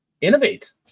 Innovate